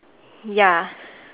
ya